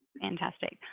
fantastic.